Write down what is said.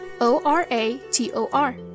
O-R-A-T-O-R